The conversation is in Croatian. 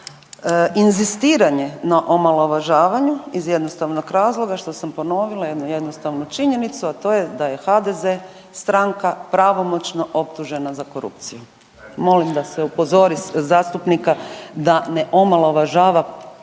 Inzistiranje na omalovažavanju iz jednostavnog razloga što sam ponovila jednu jednostavnu činjenicu, a to je da je HDZ stranka pravomoćno optužena za korupciju. Molim da se upozori zastupnika da ne omalovažava ponavljanjem